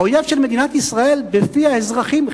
האויב של מדינת ישראל בפי האזרחים,